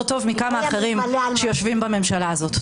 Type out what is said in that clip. טוב מכמה אחרים שיושבים בממשלה הזאת.